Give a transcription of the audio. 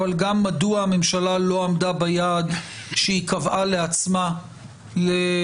אבל גם מדוע הממשלה לא עמדה ביעד שהיא קבעה לעצמה להגיע